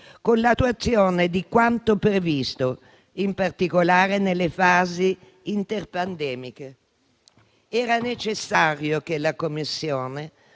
con l'attuazione di quanto previsto, in particolare nelle fasi inter-pandemiche. Era necessario che la Commissione